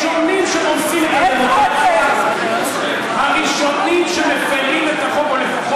למה אתם לא פותרים את זה?